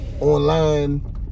online